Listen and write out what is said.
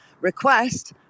request